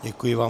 Děkuji vám.